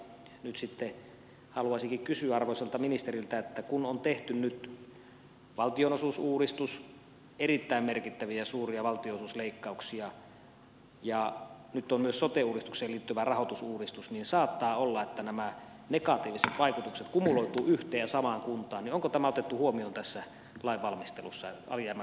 nyt sitten haluaisinkin kysyä arvoisalta ministeriltä että kun on tehty valtionosuusuudistus erittäin merkittäviä ja suuria valtionosuusleikkauksia ja nyt on myös sote uudistukseen liittyvä rahoitusuudistus jolloin saattaa olla että nämä negatiiviset vaikutukset kumuloituvat yhteen ja samaan kuntaan niin onko tämä otettu huomioon tässä lainvalmistelussa ja alijäämän kattamisvelvollisuudessa